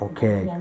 Okay